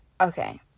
Okay